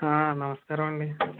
నమస్కారం అండి